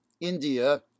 India